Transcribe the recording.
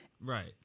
Right